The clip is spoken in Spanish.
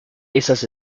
esas